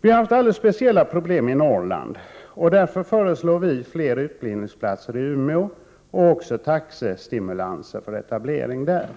Det har varit alldeles speciella problem i Norrland, och därför föreslår vi fler utbildningsplatser i Umeå och taxestimulanser för etablering där.